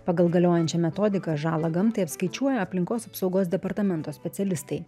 pagal galiojančią metodiką žalą gamtai apskaičiuoja aplinkos apsaugos departamento specialistai